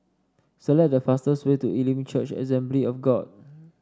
select the fastest way to Elim Church Assembly of God